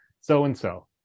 so-and-so